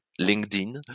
LinkedIn